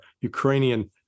Ukrainian